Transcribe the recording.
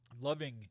loving